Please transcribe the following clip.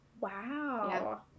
Wow